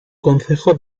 concejo